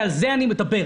על זה אני מדבר.